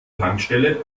tankstelle